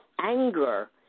anger